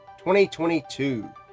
2022